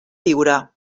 viure